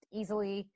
easily